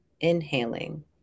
Inhaling